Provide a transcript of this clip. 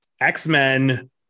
X-Men